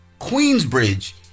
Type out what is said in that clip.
Queensbridge